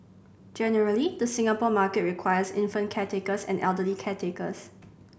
generally the Singapore market requires infant caretakers and elderly caretakers